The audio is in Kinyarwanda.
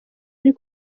ari